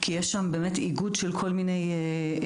כי יש שם באמת איגוד של כל מיני תפקידים